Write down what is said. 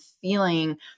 feeling